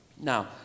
Now